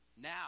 now